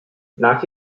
nach